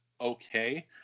okay